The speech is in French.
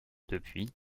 depuis